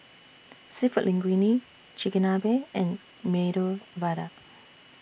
Seafood Linguine Chigenabe and Medu Vada